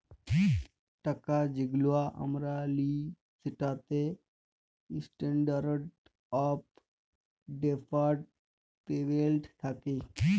টাকা যেগুলা আমরা লিই সেটতে ইসট্যান্ডারড অফ ডেফার্ড পেমেল্ট থ্যাকে